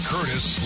Curtis